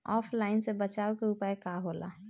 ऑफलाइनसे बचाव के उपाय का होला?